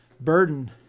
burden